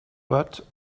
but